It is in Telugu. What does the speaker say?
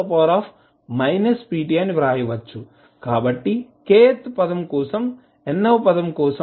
కాబట్టి kth పదం కోసం n వ పదం కోసం మీరు kn 1